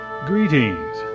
Greetings